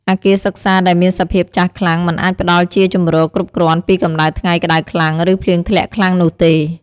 អគារសិក្សាដែលមានសភាពចាស់ខ្លាំងមិនអាចផ្តល់ជាជម្រកគ្រប់គ្រាន់ពីកម្ដៅថ្ងៃក្តៅខ្លាំង ឬភ្លៀងធ្លាក់ខ្លាំងនោះទេ។